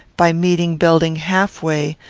by meeting belding half-way,